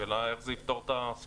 השאלה היא איך זה יפתור את הסוגיה.